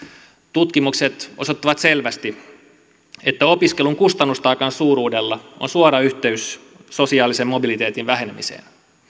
tutkimukset osoittavat selvästi että opiskelun kustannustaakan suuruudella on suora yhteys sosiaalisen mobiliteetin vähenemiseen